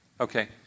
Okay